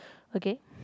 okay